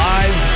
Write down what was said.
Live